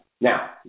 Now